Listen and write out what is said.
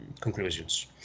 conclusions